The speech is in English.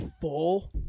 full